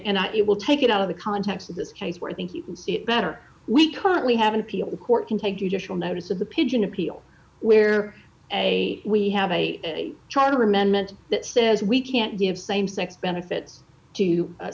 and it will take it out of the context of this case where i think you can see better we currently have an appeals court can take usual notice of the pigeon appeal where a we have a charter amendment that says we can't give same sex benefits to